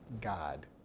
God